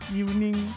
evening